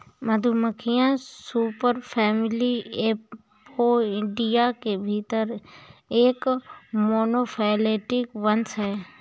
मधुमक्खियां superfamily Apoidea के भीतर एक मोनोफैलेटिक वंश हैं